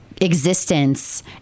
existence